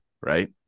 right